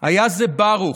היה זה ברוך,